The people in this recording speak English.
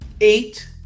eight